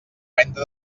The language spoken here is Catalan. venda